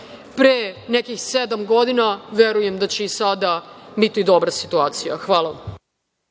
pre nekih sedam godina, pa verujem da će i sada biti dobra situacija. Hvala.